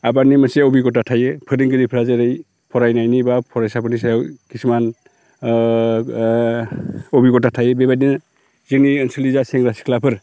आबादनि मोनसे अबिगथा थायो फोरोंगिरिफ्रा जेरै फरायनायनि बा फरायसाफोरनि सायाव किसुमान ओ ओ अबिगथा थायो बेबायदिनो जोंनि ओनसोलनि जा सेंग्रा सिख्लाफोर